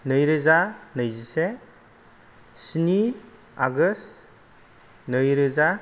नैरोजा नैजिसे स्नि आगष्ट नैरोजा